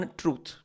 truth